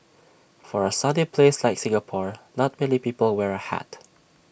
for A sunny place like Singapore not many people wear A hat